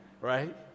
right